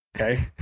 okay